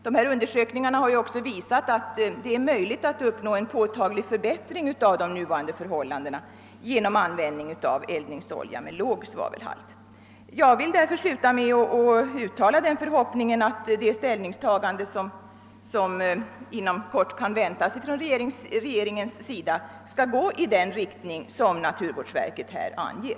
Dessa undersökningar har också visat att det är möjligt att uppnå en påtaglig förbättring av de nuvarande förhållandena genom användning av eldningsolja med låg svavelhalt. Jag vill därför sluta med att uttala den förhoppningen, att det ställningstagande av regeringen som inom kort kan väntas skall gå i den riktning som naturvårdsverket anger.